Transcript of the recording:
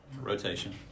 rotation